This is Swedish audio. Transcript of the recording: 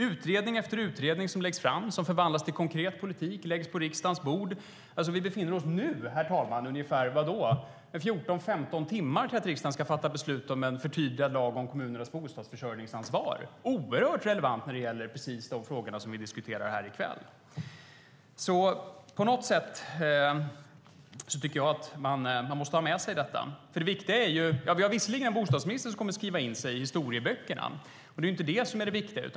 Utredning efter utredning läggs fram som förvandlas till konkret politik och läggs på riksdagens bord. Det är nu, herr talman, ungefär 14-15 timmar tills riksdagen ska fatta beslut om en förtydligad lag om kommunernas bostadsförsörjningsansvar. Det är oerhört relevant när det gäller precis de frågor som vi diskuterar här i kväll. Jag tycker att man måste ha med sig detta. Vi har visserligen en bostadsminister som kommer att skriva in sig i historieböckerna, men det är inte det som är det viktiga.